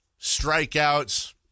strikeouts